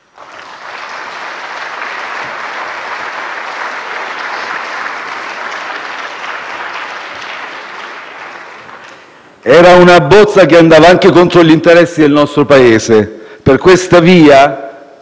Era una bozza che andava anche contro gli interessi del nostro Paese. Per questa via,